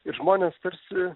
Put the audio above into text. ir žmonės tarsi